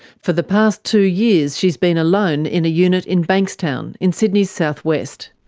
for the past two years she's been alone in a unit in bankstown, in sydney's south-west.